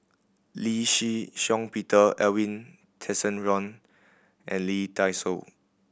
Lee Shih Shiong Peter Edwin Tessensohn and Lee Dai Soh